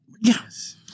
Yes